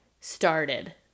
started